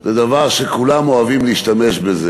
זה דבר שכולם אוהבים להשתמש בו.